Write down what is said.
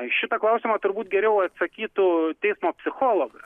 į šitą klausimą turbūt geriau atsakytų teismo psichologas